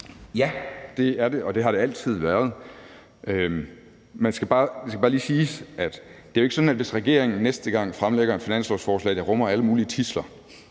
Ja, det er det, og det har det altid været. Det skal bare lige siges, at det jo ikke er sådan, at hvis regeringen næste gang fremlægger et finanslovsforslag, der rummer alle mulige tidsler,